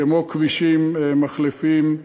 כמו כבישים, מחלפים,